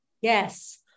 yes